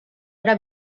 era